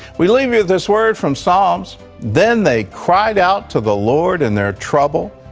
we leave you with this word from psalms then they cried out to the lord in their trouble,